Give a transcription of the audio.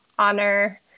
honor